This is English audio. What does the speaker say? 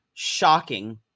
shocking